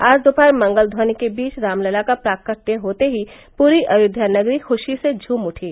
आज दोपहर मंगलध्वनि के बीच रामलला का प्राकट्य होते ही पूरी अयोध्या नगरी खुशी से झूम उठी